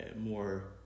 more